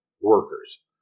workers